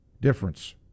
difference